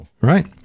Right